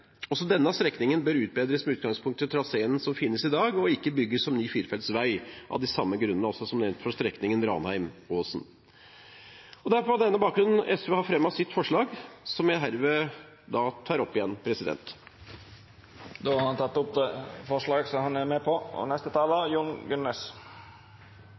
Også den strekningen bør utbedres med utgangspunkt i traseen som finnes i dag, og ikke bygges som ny firefelts vei – av de samme grunnene som nevnt for strekningen Ranheim–Åsen. Det er på denne bakgrunn SV fremmer forslaget som jeg herved tar opp. Representanten Arne Nævra har teke opp det forslaget han refererte til. Nok en trønder som